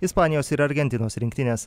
ispanijos ir argentinos rinktinės